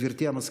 גברתי המזכירה.